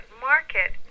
market